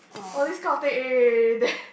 all this kind of thing eh there